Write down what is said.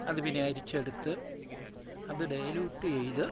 അത് പിന്നെ അരിച്ചെടുത്ത് അത് ഡൈല്യൂട്ട് ചെയ്ത്